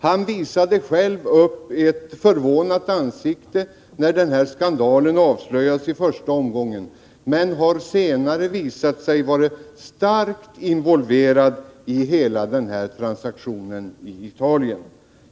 Han visade själv upp ett förvånat ansikte när den här skandalen avslöjades i första omgången, men har senare visat sig vara starkt involverad i hela denna transaktion i Italien.